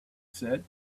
said